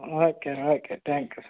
okay okay thank you sir